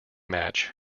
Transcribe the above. match